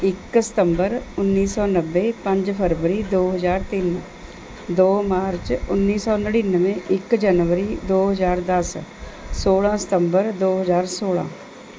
ਇੱਕ ਸਤੰਬਰ ਉੱਨੀ ਸੌ ਨੱਬੇ ਪੰਜ ਫਰਵਰੀ ਦੋ ਹਜ਼ਾਰ ਤਿੰਨ ਦੋ ਮਾਰਚ ਉੱਨੀ ਸੌ ਨੜਿਨਵੇਂ ਇੱਕ ਜਨਵਰੀ ਦੋ ਹਜ਼ਾਰ ਦਸ ਸੌਲ੍ਹਾਂ ਸਤੰਬਰ ਦੋ ਹਜ਼ਾਰ ਸੌਲ੍ਹਾਂ